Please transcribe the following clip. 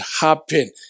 happen